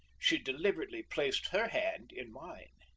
she deliberately placed her hand in mine.